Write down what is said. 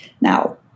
Now